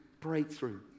breakthrough